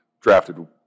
drafted